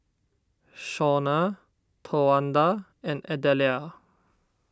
Shawna Towanda and Adelia